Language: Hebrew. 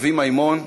אבי, מימון,